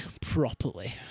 properly